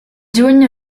juny